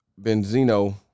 Benzino